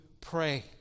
pray